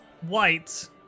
white